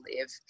live